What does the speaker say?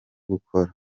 gukora